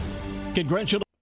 Congratulations